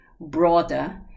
broader